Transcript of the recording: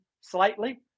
slightly